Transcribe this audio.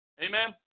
Amen